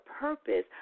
purpose